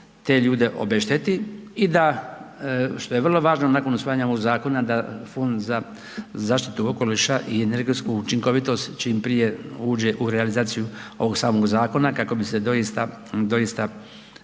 te ljude obešteti i da, što je vrlo važno nakon usvajanja ovog zakona da, Fond za zaštitu okoliša i energetsku učinkovitost čim prije uđe u realizaciju ovog samog zakona, kako bi se doista taj